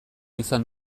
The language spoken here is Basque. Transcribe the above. izan